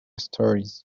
stories